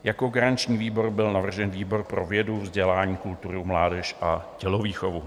Jako garanční výbor byl navržen výbor pro vědu, vzdělání, kulturu, mládež a tělovýchovu.